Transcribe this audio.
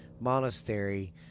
monastery